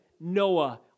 Noah